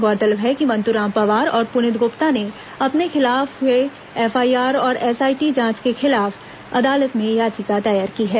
गौरतलब है कि मंतूराम पवार और पुनीत गुप्ता ने अपने खिलाफ हुई एफआईआर और एसआईटी जांच के खिलाफ अदालत में याचिका दायर की है